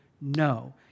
no